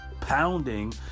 pounding